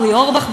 אורי אורבך,